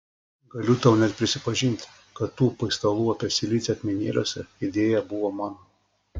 galiu tau net prisipažinti kad tų paistalų apie silicį akmenėliuose idėja buvo mano